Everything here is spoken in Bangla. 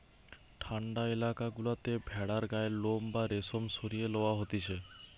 ঠান্ডা এলাকা গুলাতে ভেড়ার গায়ের লোম বা রেশম সরিয়ে লওয়া হতিছে